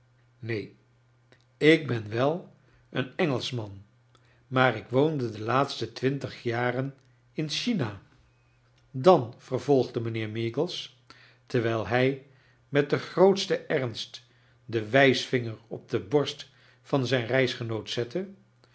neen ik ben wel een engelschman maar ik woonde de laatste twintig jaren in china dan vervolgde mijnheer meagles terwijl hij met den grootsten ernst den wijsvinger op de borst van zijn reisgenoot zette